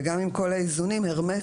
גם אם כל האיזונים הרמטית,